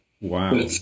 wow